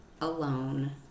alone